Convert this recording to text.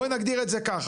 בואי נגדיר את זה ככה,